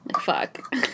Fuck